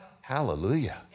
Hallelujah